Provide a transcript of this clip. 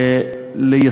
למשל,